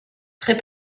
très